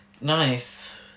Nice